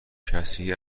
کسی